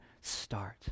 start